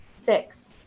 Six